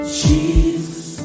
jesus